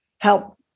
help